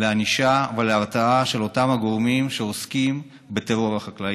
לענישה ולהרתעה של אותם הגורמים שעוסקים בטרור החקלאי.